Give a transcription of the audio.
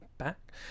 back